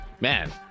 man